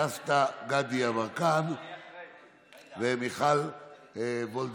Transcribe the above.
דסטה גדי יברקן ומיכל וולדיגר,